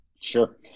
sure